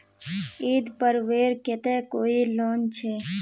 ईद पर्वेर केते कोई लोन छे?